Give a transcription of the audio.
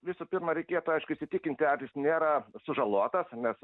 visų pirma reikėtų aišku įsitikinti ar jis nėra sužalotas nes